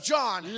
John